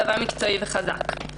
צבא מקצועי וחזק,